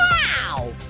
wow,